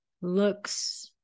looks